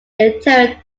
interior